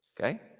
okay